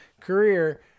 career